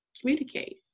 communicate